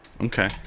Okay